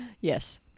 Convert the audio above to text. Yes